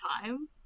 time